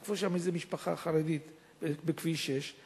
תקפו משפחה חרדית בכביש 6,